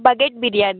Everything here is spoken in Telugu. బకెట్ బిర్యానీ